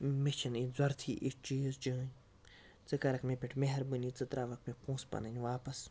مےٚ چھَنہٕ ییٚتہِ ضوٚرتھٕے یِتھ چیٖز چٲنٛۍ ژٕ کَرَکھ مےٚ پیٚٹھ میٚہربٲنی ژٕ ترٛاوَکھ مےٚ پۅنٛسہٕ پَنٕنۍ واپَس